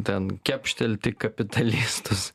ten kepštelti kapitalistus